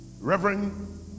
Reverend